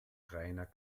reiner